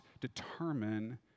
determine